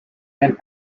and